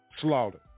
Slaughter